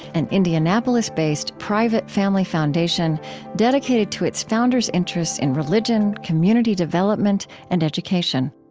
an indianapolis-based, private family foundation dedicated to its founders' interests in religion, community development, and education